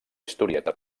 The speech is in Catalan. historieta